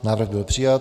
Návrh byl přijat.